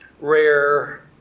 rare